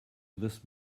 this